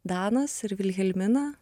danas ir vilhelmina